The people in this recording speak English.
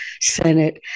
Senate